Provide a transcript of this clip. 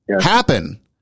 happen